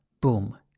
Boom